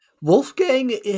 Wolfgang